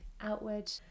outward